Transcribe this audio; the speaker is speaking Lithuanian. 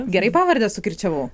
gerai pavardę sukirčiavau